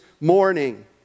morning